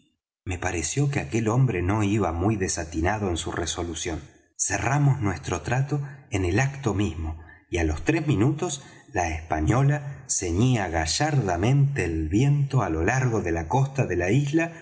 me pareció que aquel hombre no iba muy desatinado en su resolución cerramos nuestro trato en el acto mismo y á los tres minutos la española ceñía gallardamente el viento á lo largo de la costa de la isla